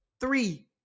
three